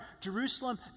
Jerusalem